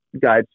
guide